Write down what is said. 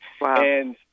Wow